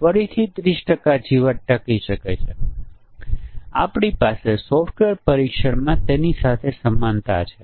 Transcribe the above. તેથી આપણી પાસે વિશાળ અને પોટ્રેટ છે અને આપણી પાસે લેન્ડસ્કેપ અને વિશાળ છે અને આપણી પાસે